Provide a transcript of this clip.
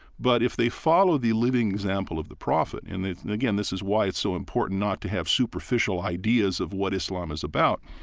but if they follow the living example of the prophet, and and, again, this is why it's so important not to have superficial ideas of what islam is about,